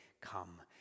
come